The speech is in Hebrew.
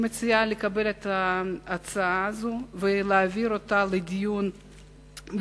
אני מציעה לקבל את ההצעה הזאת ולהעביר אותה לדיון בוועדה,